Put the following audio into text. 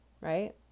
right